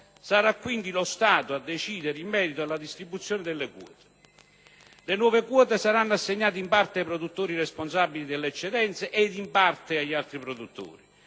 Sarà quindi lo Stato a decidere in merito alla distribuzione delle quote. Le nuove quote saranno assegnate in parte ai produttori responsabili delle eccedenze ed in parte agli altri produttori.